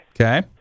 Okay